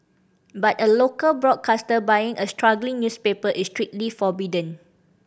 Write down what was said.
but a local broadcaster buying a struggling newspaper is strictly forbidden